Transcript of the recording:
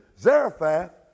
Zarephath